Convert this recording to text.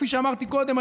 כפי שאמרתי קודם,